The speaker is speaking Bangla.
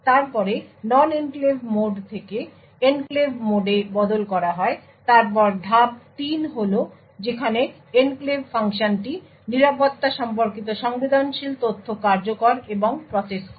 তারপরে নন এনক্লেভ মোড থেকে এনক্লেভ মোডে বদল করা হয় তারপর ধাপ 3 হল যেখানে এনক্লেভ ফাংশনটি নিরাপত্তা সম্পর্কিত সংবেদনশীল তথ্য কার্যকর এবং প্রসেস করে